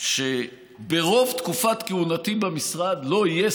ברוב תקופת כהונתי במשרד לא יהיה